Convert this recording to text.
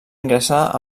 ingressar